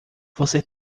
você